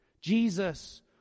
Jesus